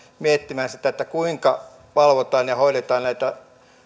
miettimään sitä kuinka valvotaan ja hoidetaan näitä